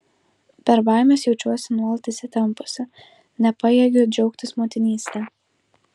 per baimes jaučiuosi nuolat įsitempusi nepajėgiu džiaugtis motinyste